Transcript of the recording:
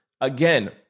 Again